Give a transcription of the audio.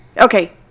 Okay